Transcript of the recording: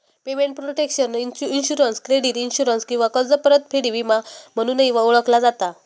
payment protection insurance credit insurance किंवा कर्ज परतफेड विमो म्हणूनही ओळखला जाता